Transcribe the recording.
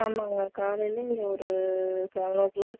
ஆமாங்க காலையில் இங்கே ஒரு செவன் ஓ க்ளாக்